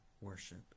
worship